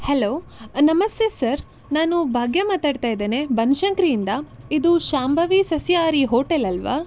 hello ನಮಸ್ತೆ sir ನಾನು ಭಾಗ್ಯ ಮಾತಾಡ್ತಾ ಇದ್ದೇನೆ ಬನಶಂಕರಿಯಿಂದ ಇದು ಶಾಂಭವಿ ಸಸ್ಯಹಾರಿ ಹೋಟೆಲ್ ಅಲ್ಲವಾ